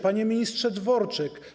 Panie Ministrze Dworczyk!